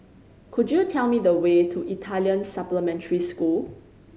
could you tell me the way to Italian Supplementary School